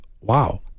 wow